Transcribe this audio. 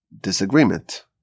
disagreement